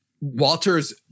Walter's